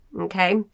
okay